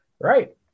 Right